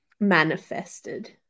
manifested